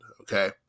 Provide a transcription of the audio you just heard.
okay